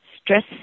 stress